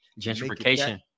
gentrification